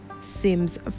Sims